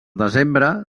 desembre